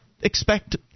expect